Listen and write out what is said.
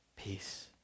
Peace